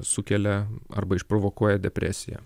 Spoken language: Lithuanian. sukelia arba išprovokuoja depresiją